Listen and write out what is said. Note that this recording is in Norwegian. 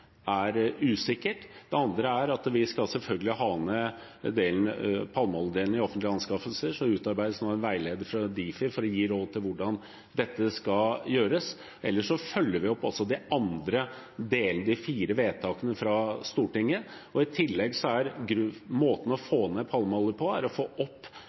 at vi selvfølgelig skal ha ned palmeoljedelen i offentlige anskaffelser. Det utarbeides nå en veileder fra Difi for å gi råd om hvordan det skal gjøres. Ellers følger vi opp de andre delene av vedtakene fra Stortinget. I tillegg er måten å få ned palmeolje på å få opp